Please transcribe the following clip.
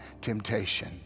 temptation